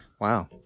Wow